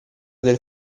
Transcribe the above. del